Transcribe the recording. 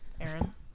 Aaron